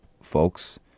folks